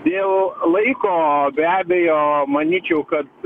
dėl laiko be abejo manyčiau kad